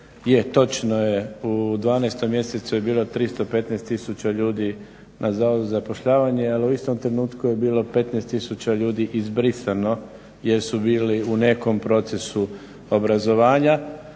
točno je, u 12 mjesecu je bilo 315000 ljudi na Zavodu za zapošljavanje, ali u istom trenutku je bilo 15000 ljudi izbrisano jer su bili u nekom procesu obrazovanja.